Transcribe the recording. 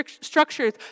structures